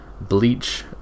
Bleach